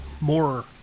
more